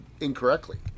incorrectly